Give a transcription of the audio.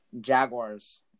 Jaguars